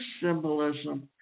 symbolism